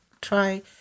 try